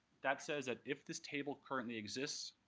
that says that if this table currently exists,